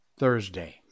thursday